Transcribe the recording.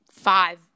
five